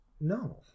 No